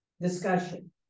Discussion